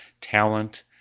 talent